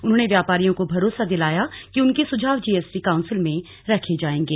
उन्होंने व्यापारियों को भरोसा दिलाया कि उनके सुझाव जीएसटी कांउसिल में रखे जांएगे